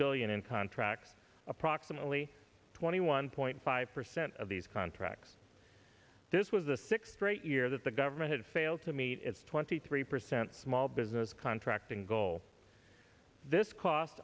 billion in contracts approximately twenty one point five percent of these contracts this was the sixth straight year that the government had failed to meet its twenty three sent small business contracting goal this cost